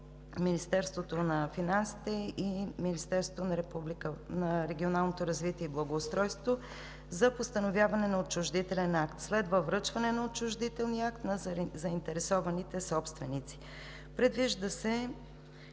Министерството на регионалното развитие и благоустройството за постановяване на отчуждителен акт. Следва връчване на отчуждителния акт на заинтересованите собственици.